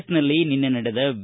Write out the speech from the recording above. S ನಲ್ಲಿ ನಿನ್ನೆ ನಡೆದ ವಿ